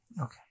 Okay